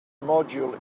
module